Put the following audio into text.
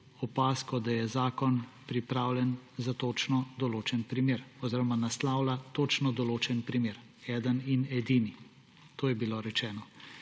opazko, da je zakon pripravljen za točno določen primer oziroma naslavlja točno določen primer. Eden in edini. To je bilo rečeno.